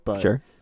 Sure